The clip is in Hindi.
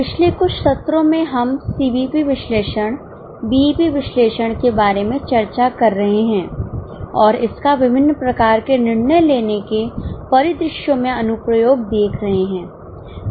पिछले कुछ सत्रों में हम सीबीपी विश्लेषण बीईपी विश्लेषण के बारे में चर्चा कर रहे हैं और इसका विभिन्न प्रकार के निर्णय लेने के परिदृश्यों में अनुप्रयोग देख रहे हैं